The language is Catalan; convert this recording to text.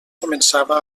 començava